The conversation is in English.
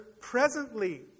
presently